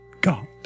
God